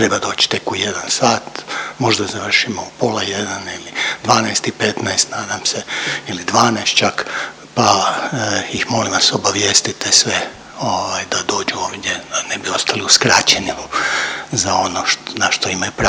treba doći tek u 1 sat, možda završimo u pola 1 ili 12 i 15 nadam se ili 12 čak, pa ih molim vas obavijestite sve ovaj da dođu ovdje da ne bi ostali uskraćeni za ono na što imaju pravo.